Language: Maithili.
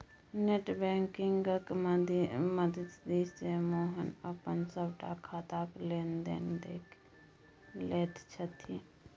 नेट बैंकिंगक मददिसँ मोहन अपन सभटा खाताक लेन देन देखि लैत छथि